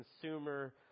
consumer